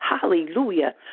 hallelujah